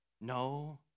no